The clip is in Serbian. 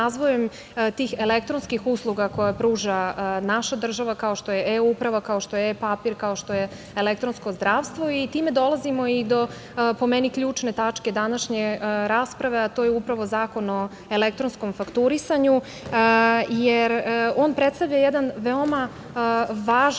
tih elektronskih usluga koje pruža naša država, kao što je E-uprava, kao što je E-papir, kao što je elektronsko zdravstvo. Time dolazimo i do, po meni, ključne tačke današnje rasprave, a to je upravo Zakon o elektronskom fakturisanju. On predstavlja jedan veoma važan